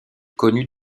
connus